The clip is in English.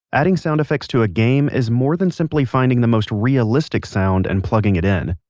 adding sound effects to a game is more than simply finding the most realistic sound and plugging it in.